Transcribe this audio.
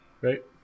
Right